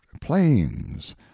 plains